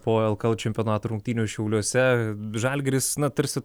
po lkl čempionato rungtynių šiauliuose žalgiris na tarsi